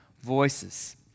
voices